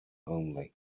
only